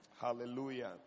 Hallelujah